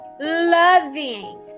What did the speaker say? loving